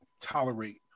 tolerate